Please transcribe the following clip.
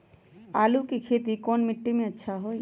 आलु के खेती कौन मिट्टी में अच्छा होइ?